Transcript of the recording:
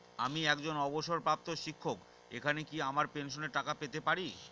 আমি একজন অবসরপ্রাপ্ত শিক্ষক এখানে কি আমার পেনশনের টাকা পেতে পারি?